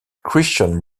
christian